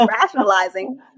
rationalizing